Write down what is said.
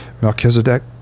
Melchizedek